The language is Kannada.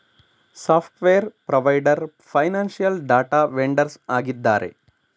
software provider, financial data vendors ಆಗಿದ್ದಾರೆ